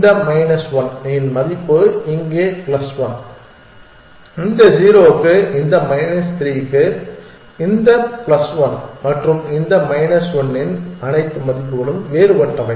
இந்த ஒரு மைனஸ் 1 இன் மதிப்பு இங்கே பிளஸ் 1 இந்த 0 க்கு இந்த மைனஸ் 3 க்கு இந்த பிளஸ் 1 மற்றும் இந்த மைனஸ் 1 இன் அனைத்து மதிப்புகளும் வேறுபட்டவை